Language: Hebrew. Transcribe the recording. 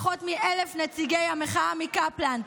פחות מ-1,000 נציגי המחאה מקפלן,